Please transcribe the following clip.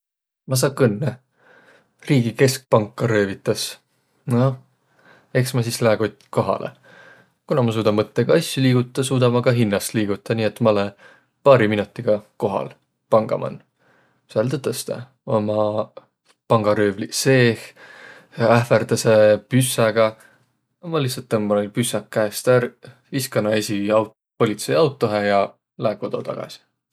Ma saa kõnnõ. Riigi keskpanka röövitäs. Nooh, eks ma sis lää kot- kohalõ. Kuna ma suuda mõttõga asjo liigutaq, suuda ma ka hinnäst liigutaq, nii et ma olõ paari minotiga kohal, panga man. Sääl tõtõstõ ommaq pangarüüvliq seeh, ähvärdäseq püssägaq. Ma lihtsält tõmba näil püssäq käest ärq, viska nä esiq aut- politseiautohe ja lää kodo tagasi.